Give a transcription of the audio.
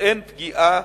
שאין פגיעה